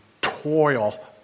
toil